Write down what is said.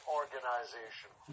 organization